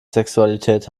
sexualität